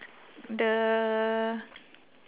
the